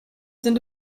sind